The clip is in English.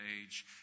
age